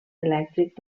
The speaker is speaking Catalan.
elèctric